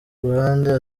ruhande